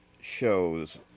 shows